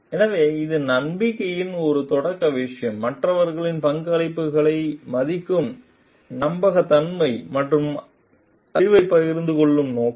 எனவே இது நம்பிக்கையின் ஒரு தொடக்க விஷயம் மற்றவர்களின் பங்களிப்புகளை மதிக்கும் நம்பகத்தன்மை மற்றும் அறிவைப் பகிர்ந்து கொள்ளும் நோக்கம்